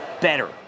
better